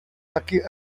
taky